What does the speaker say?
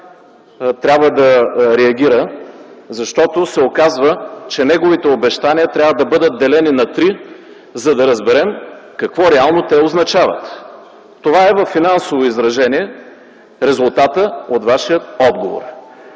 трябва да реагира, защото се оказва, че неговите обещания трябва да бъдат делени на три, за да разберем какво реално те означават. Това е финансово изражение на резултата от Вашия отговор.